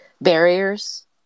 barriers